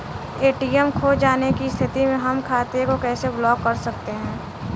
ATM खो जाने की स्थिति में हम खाते को कैसे ब्लॉक कर सकते हैं?